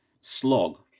slog